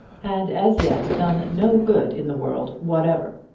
had as yet done no good in the world whatever.